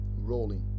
rolling